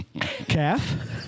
Calf